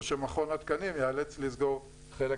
או שמכון התקנים ייאלץ לסגור חלק